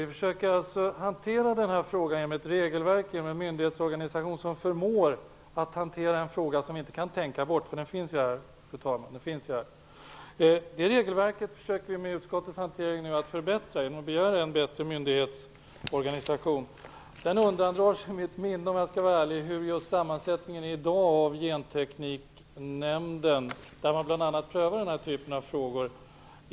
Vi försöker hantera den här frågan med ett regelverk, genom en myndighetsorganisation som förmår att hantera en fråga som vi inte kan tänka bort, för den finns här. Det regelverket försöker vi nu med utskottets hantering att förbättra genom att begära en bättre myndighetsorganisation. För att vara ärlig minns jag inte hur sammansättningen i dag är i Gentekniknämnden, där man prövar bl.a. den här typen av frågor.